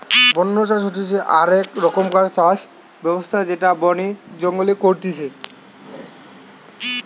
বন্য চাষ হতিছে আক রকমকার চাষ ব্যবস্থা যেটা বনে জঙ্গলে করতিছে